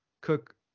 Cook